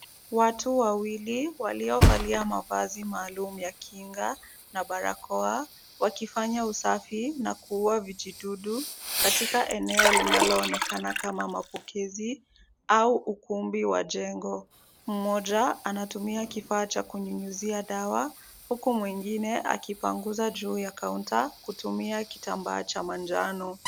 Watu wawili waliovalia mavazi maalum ya kinga na barakoa, wakifanya usafi na kuua vijidudu katika eneo linaloonekana kama mapokezi au ukumbi wa jengo. Mmoja anatumia kifaa cha kunyunyizia dawa huku mwingine akipanguza juu ya kaunta kutumia kitambaa cha manjano.